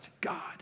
God